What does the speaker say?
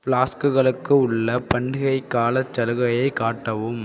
ஃப்ளாஸ்க்குகளுக்கு உள்ள பண்டிகைக் காலச் சலுகையை காட்டவும்